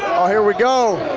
oh here we go,